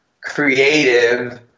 creative